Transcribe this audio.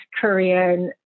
Korean